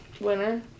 Winner